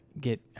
get